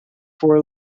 for